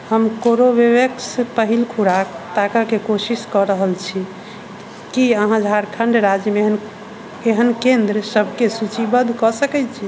हम कोरबेवेक्स पहिल खुराक ताकएके कोशिश कऽ रहल छी की अहाँ झारखण्ड राज्यमे एहन एहन केंद्र सबके सूचीबद्ध कऽ सकैत छी